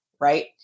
right